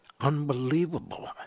unbelievable